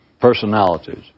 personalities